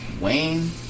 Wayne